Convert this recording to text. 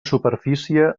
superfície